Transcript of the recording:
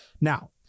Now